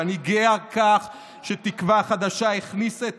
ואני גאה על כך שתקווה חדשה הכניסה את